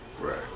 Right